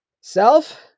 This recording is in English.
Self